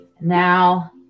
Now